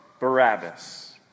Barabbas